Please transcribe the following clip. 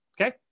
Okay